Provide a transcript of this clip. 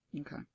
Okay